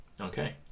okay